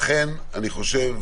לכן אני חושב